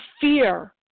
fear